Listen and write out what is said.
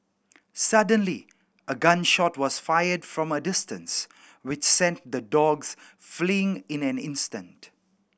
suddenly a gun shot was fired from a distance which sent the dogs fleeing in an instant